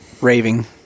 raving